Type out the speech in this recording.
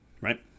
right